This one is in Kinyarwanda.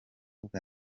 bwa